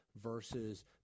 versus